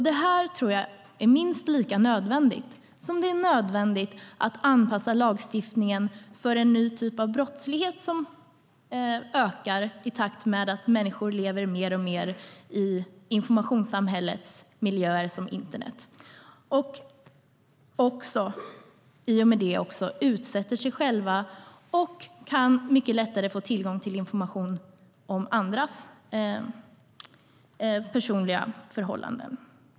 Det här tror jag är minst lika nödvändigt som att anpassa lagstiftningen till en ny typ av brottslighet som ökar i takt med att människor lever mer och mer i informationssamhällets miljöer såsom internet och i och med det utsätter sig själva och mycket lättare kan få tillgång till information om andras personliga förhållanden.